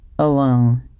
alone